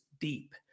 deep